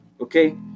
Okay